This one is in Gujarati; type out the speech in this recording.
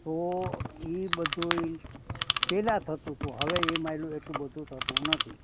તો એ બધુંય પહેલાં થતું હતું હવે એ માયલું એટલું બધું થતું નથી